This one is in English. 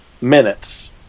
minutes